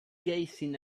gazing